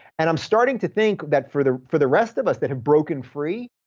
and i'm starting to think that for the for the rest of us that have broken free,